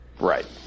Right